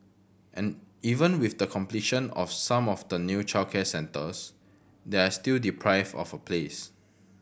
and even with the completion of some of the new childcare centres they are still deprived of a place